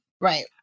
Right